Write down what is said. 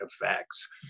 effects